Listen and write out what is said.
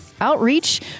outreach